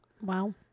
wow